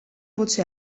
voce